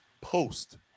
post